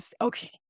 Okay